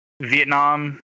Vietnam